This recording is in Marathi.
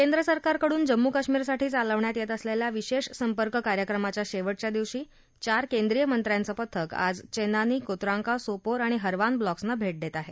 केंद्र सरकारकडून जम्मू काश्मीरसाठी चालवण्यात येत असलेल्या विशेष संपर्क कार्यक्रमाच्या शेवटच्या दिवशी चार केंद्रीय मंत्र्यांचं पथक आज चेनानी कोत्रांका सोपोर आणि हरवान ब्लॉक्सना भेट देत आहे